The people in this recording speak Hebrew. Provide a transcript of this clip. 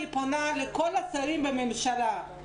אני פונה לכל השרים בממשלה,